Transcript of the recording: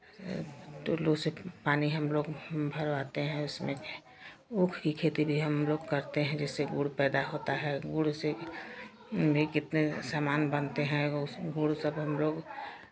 टुल्लू से पानी हम लोग भरवाते हैं उसमें ऊख की खेती भी हम लोग करते हैं जिससे गुड़ पैदा होता है गुड़ से भी कितने सामान बनते हैं गुड़ सब हम लोग